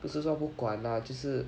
不是说不管 lah 就是